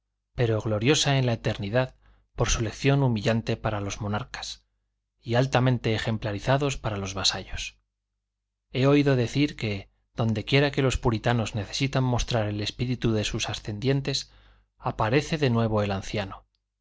pero gloriosa en la eternidad por su lección humillante para los monarcas y altamente ejemplarizados para los vasallos he oído decir que dondequiera que los puritanos necesitan mostrar el espíritu de sus ascendientes aparece de nuevo el anciano